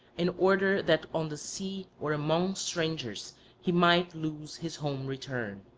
in order that on the sea or among strangers he might lose his home-return.